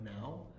now